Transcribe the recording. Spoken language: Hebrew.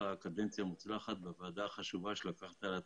קדנציה מוצלחת בוועדה החשובה שלקחת על עצמך.